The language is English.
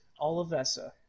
Olivesa